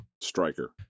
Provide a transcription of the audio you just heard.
Striker